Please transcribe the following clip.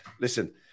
listen